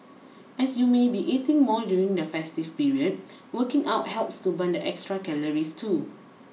as you may be eating more during the festive period working out helps to burn the extra calories too